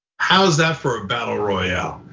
how is that for a battle royale?